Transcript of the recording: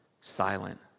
silent